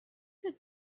did